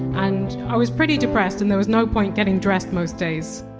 and i was pretty depressed and there was no point getting dressed most days.